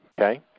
okay